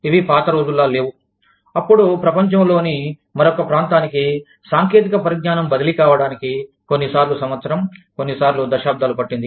ఇవి పాత రోజుల్లా లేవు అప్పుడు ప్రపంచంలోని మరొక ప్రాంతానికిసాంకేతిక పరిజ్ఞానం బదిలీ కావడానికి కొన్నిసార్లు సంవత్సరం కొన్నిసార్లు దశాబ్దాలు పట్టింది